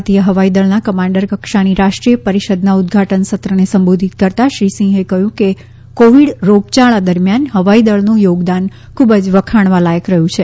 ભારતીય હવાઈદળના કમાન્ડર કક્ષાની રાષ્ટ્રીય પરિષદના ઉદ્વાટન સત્રને સંબોધિત કરતાં શ્રી સિંહે કહ્યું કે કોવિડ રોગચાળા દરમિયાન હવાઈદળનું યોગદાન ખૂબ જ વખાણવા લાયક રહ્યું છે